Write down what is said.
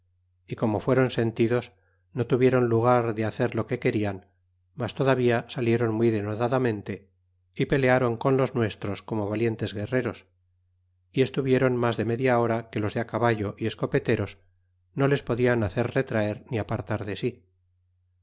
y como fueron sentidos no tuvieron lugar de hacer lo que querian mas todavía salieron muy denodadamente y pelearon con los nuestros como valientes guerreros y estuvieron mas de media hora que los de á caballo y escopeteros no les podian hacer retraer ni apartar de si